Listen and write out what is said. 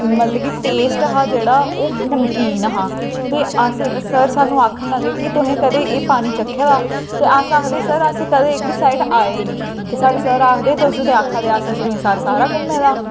मतलब की टेस्ट हा जेह्ड़ा ओह् नमकीन हा ते अस सर स्हानूं आखन लगे के तुस कदें पानी च चक्खे दा ते असें आक्खेआ के सर अस कदें एह्कड़ी साईड़ आए गै नेईं से साढ़े सर आक्खन लग्गे की तुस ते आक्खा दे की अस सरूईंसर सारा घुम्मे दा